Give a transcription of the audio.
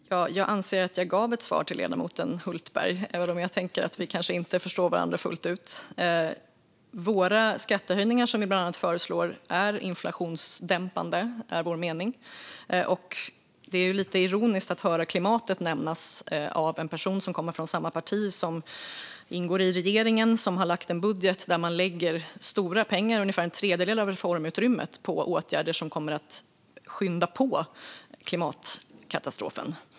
Herr talman! Jag anser att jag gav ledamoten Hultberg ett svar, även om vi kanske inte förstår varandra fullt ut. De skattehöjningar som vi bland annat föreslår är inflationsdämpande, enligt vår mening. Det är lite ironiskt att höra klimatet nämnas av en person från ett parti som ingår i den regering som har lagt fram en budget där stora pengar, ungefär en tredjedel av reformutrymmet, läggs på åtgärder som kommer att skynda på klimatkatastrofen.